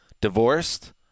divorced